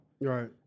Right